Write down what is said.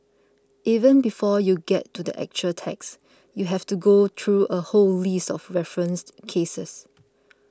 even before you get to the actual text you have to go through a whole list of referenced cases